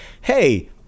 hey